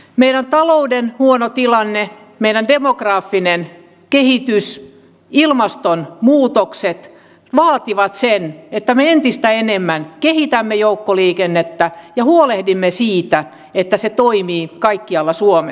meidän talouden huono tilanne meidän demografinen kehitys ilmastonmuutos vaativat sitä että me entistä enemmän kehitämme joukkoliikennettä ja huolehdimme siitä että se toimii kaikkialla suomessa